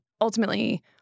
ultimately